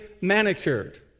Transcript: manicured